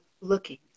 looking